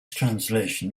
translation